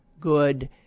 good